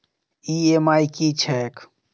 EMI की छैक?